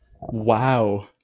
wow